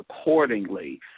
accordingly